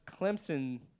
clemson